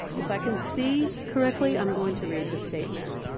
if i can see correctly, i'm going to read the statement.